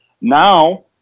now